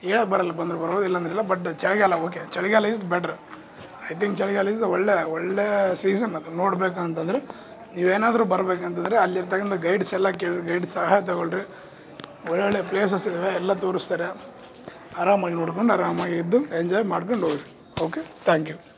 ಹೇಳೋಕ್ಕೆ ಬರೋಲ್ಲ ಬಂದ್ರೆ ಬರೋದು ಇಲ್ಲಂದ್ರಿಲ್ಲ ಬಟ್ ಚಳಿಗಾಲ ಓಕೆ ಚಳಿಗಾಲ ಈಸ್ ಬೆಟ್ರ ಐ ತಿಂಕ್ ಚಳಿಗಾಲ ಈಸ್ ಒಳ್ಳೇ ಒಳ್ಳೇ ಸೀಸನ್ ಅದು ನೋಡಬೇಕು ಅಂತಂದ್ರೆ ನೀವೇನಾದ್ರು ಬರಬೇಕಂತಂದ್ರೆ ಅಲ್ಲಿ ಇರ್ತಕ್ಕಂಥ ಗೈಡ್ಸ್ ಎಲ್ಲ ಕೆ ಗೈಡ್ಸ್ ಸಹಾಯ ತೊಗೊಳ್ರಿ ಒಳ್ಳೊಳ್ಳೇ ಪ್ಲೇಸಸ್ ಇದ್ದಾವೆ ಎಲ್ಲ ತೋರಿಸ್ತಾರೆ ಆರಾಮಾಗಿ ನೋಡ್ಕೊಂಡು ಆರಾಮಾಗಿ ಇದ್ದು ಎಂಜಾಯ್ ಮಾಡ್ಕೊಂಡು ಹೋಗಿ ಓಕೆ ತ್ಯಾಂಕ್ ಯು